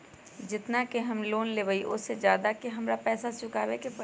जेतना के हम लोन लेबई ओ से ज्यादा के हमरा पैसा चुकाबे के परी?